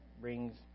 brings